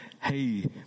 hey